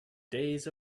days